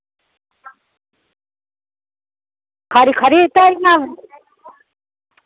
खरी खरी तौली आं